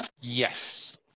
Yes